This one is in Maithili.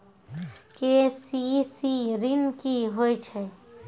के.सी.सी ॠन की होय छै?